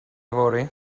yfory